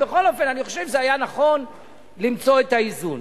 בכל אופן, אני חושב שהיה נכון למצוא את האיזון.